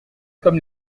comme